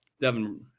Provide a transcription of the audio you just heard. Devin